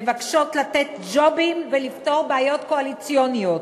מבקשות לתת ג'ובים ולפתור בעיות קואליציוניות.